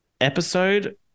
episode